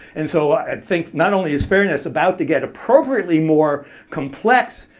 and so i think not only is fairness about to get appropriately more complex.